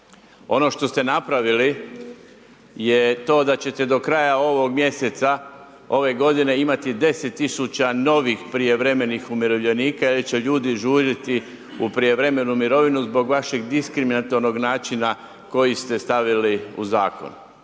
Ono što ste napravili je to da ćete do kraja ovog mjeseca, ove godine imati 10 tisuća novih prijevremenih umirovljenika jer će ljudi žuriti u prijevremenu mirovinu zbog vašeg diskriminatornog načina koji ste stavili u zakon.